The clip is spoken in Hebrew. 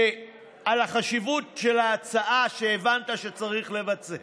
על החשיבות של ההצעה, שהבנת שצריך לבצע,